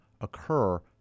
occur